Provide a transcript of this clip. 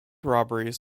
robberies